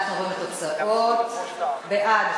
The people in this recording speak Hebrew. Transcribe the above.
אנחנו עוברים לתוצאות: בעד,